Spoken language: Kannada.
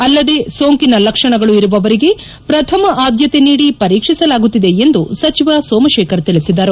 ಅಲ್ಲದೆ ಸೋಂಕಿನ ಲಕ್ಷಣಗಳು ಇರುವವರಿಗೆ ಪ್ರಥಮ ಆದ್ನತೆ ನೀಡಿ ಪರೀಕ್ಷಿಸಲಾಗುತ್ತಿದೆ ಎಂದು ಸಚಿವ ಸೋಮಶೇಖರ್ ತಿಳಿಸಿದರು